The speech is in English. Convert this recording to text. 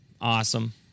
Awesome